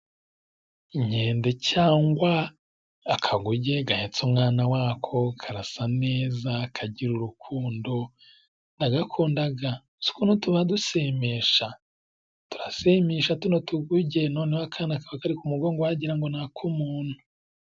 Inkende cyangwa akaguge gahetse umwana wako karasa neza, kagira urukundo ndagakundaga ,uzi ukuntu tuba dushimisha! Turashimisha tuno tuguge ,noneho akana kaba kari ku mugongo wagira ngo ni ak'umuntu.